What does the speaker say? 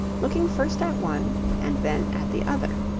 looking first at one and then at the other.